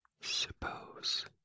Suppose